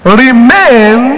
remain